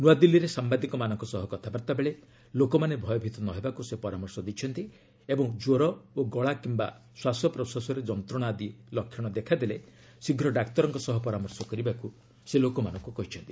ନୂଆଦିଲ୍ଲୀରେ ସାମ୍ଭାଦିକମାନଙ୍କ ସହ କଥାବାର୍ତ୍ତା ବେଳେ ଲୋକମାନେ ଭୟଭୀତ ନ ହେବାକୁ ସେ ପରାମର୍ଶ ଦେଇଛନ୍ତି ଓ ଜ୍ୱର ଏବଂ ଗଳା କିୟା ଶ୍ୱାସପ୍ରଶ୍ୱାସରେ ଯନ୍ତ୍ରଣା ଆଦି ଲକ୍ଷ୍ୟଣ ଦେଖାଦେଲେ ଶୀଘ୍ର ଡାକ୍ତରଙ୍କ ସହ ପରାମର୍ଶ କରିବାକୁ ଲୋକମାନଙ୍କୁ କହିଛନ୍ତି